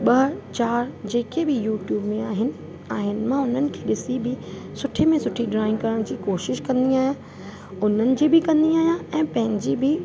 ॿ चार जेके बि यूट्यूब में आहिनि आहिनि मां हुननि खे ॾिसी बि सुठी में सुठी ड्रॉइंग करण जी कोशिशि कंदी आहियां उन्हनि जे बि कंदी आहियां ऐं पंहिंजी बि